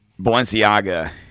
balenciaga